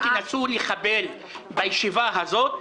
אתם תנסו לחבל בישיבה הזאת,